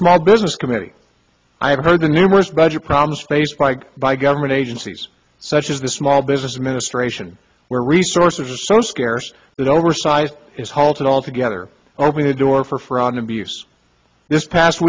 small business committee i have heard the numerous budget problems faced by by government agencies such as the small business administration where resources are so scarce that oversized is halted altogether open the door for fraud and abuse this past